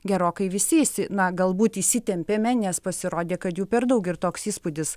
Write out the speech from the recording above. gerokai visi įsi na galbūt įsitempėme nes pasirodė kad jų per daug ir toks įspūdis